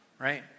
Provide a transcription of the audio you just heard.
right